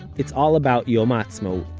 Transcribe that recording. it's all about yom ha'atzmaut,